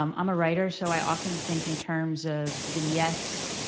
um i'm a writer, so i often think in terms of vignettes,